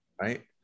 right